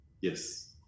Yes